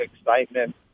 excitement